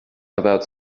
about